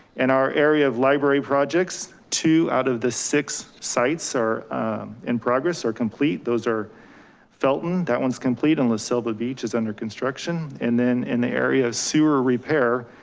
and our area of library projects, two out of the six sites are in progress or complete. those are felton that one's complete and the la selva beach is under construction. and then in the area of sewer repair,